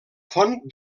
font